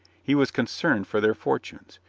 he was concerned for their fortunes.